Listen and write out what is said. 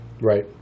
Right